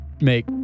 make